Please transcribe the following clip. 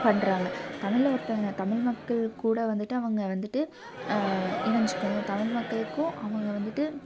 பண்ணுறாங்க தமிழில் ஒருத்தவங்க தமிழ் மக்கள் கூட வந்துட்டு அவங்க வந்துட்டு இணைஞ்சிக்கணும் தமிழ் மக்களுக்கும் அவங்க வந்துட்டு